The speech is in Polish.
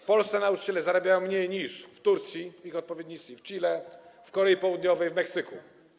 W Polsce nauczyciele zarabiają mniej niż w Turcji, ich odpowiednicy w Chile, w Korei Południowej, w Meksyku.